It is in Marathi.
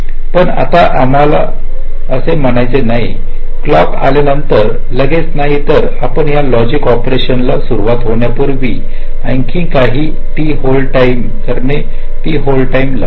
पण आता आम्ही नाही म्हणत आहोत क्लॉक आल्यानंतर लगेच नाही तर आपण या लॉजिक ऑपरेशनला सुरूवात होण्यापुर्वी आणखी आणि काही टी होल्ड टाईम कारण टी होल्ड टाईम लागतो